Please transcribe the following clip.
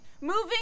moving